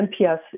NPS